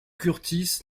kurtis